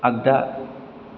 आगदा